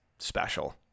special